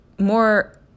More